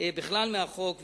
בכלל מהחוק,